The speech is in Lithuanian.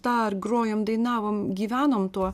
dar grojom dainavom gyvenom tuo